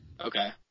Okay